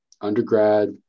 undergrad